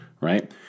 right